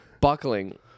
buckling